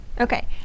Okay